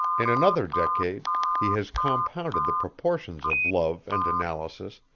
in another decade he has compounded the proportions of love and analysis,